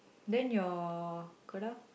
then your Koda